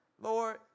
Lord